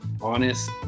honest